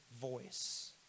voice